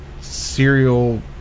serial